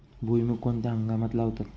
भुईमूग कोणत्या हंगामात लावतात?